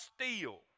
steal